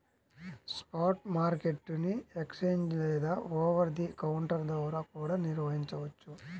spot market ని exchange over the ది కౌంటర్ ద్వారా కూడా నిర్వహించొచ్చు